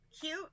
cute